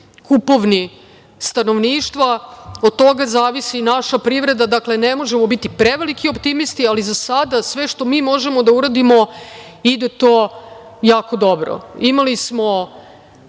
kupovni stanovništva. Od toga zavisi naša privreda. Dakle, ne možemo biti preveliki optimisti, ali za sada sve što mi možemo da uradimo, ide to jako dobro. Imali smo